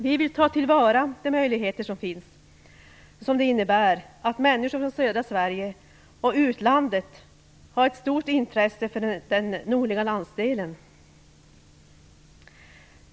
Vi vill ta till vara de möjligheter som finns, nämligen att människor i södra Sverige och i utlandet har ett stort intresse av den nordliga landsdelen.